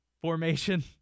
formation